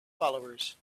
followers